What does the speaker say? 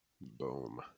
boom